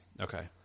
Okay